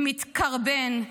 מתקרבן,